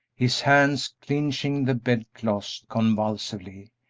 his hands clinching the bedclothes convulsively,